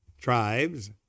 tribes